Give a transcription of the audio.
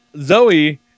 Zoe